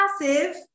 passive